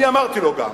אני גם אמרתי לו אותה,